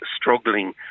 struggling